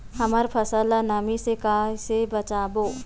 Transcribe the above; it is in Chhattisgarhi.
हमर फसल ल नमी से क ई से बचाबो?